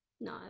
No